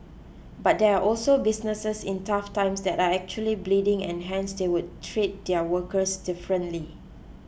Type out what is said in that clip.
but there are also businesses in tough times that are actually bleeding and hence they would treat their workers differently